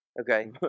Okay